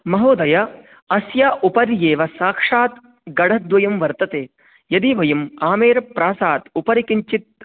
महोदय अस्य उपर्येव साक्षात् गढद्वयं वर्तते यदि वयम् आमेरप्रासादात् उपरि किञ्चित्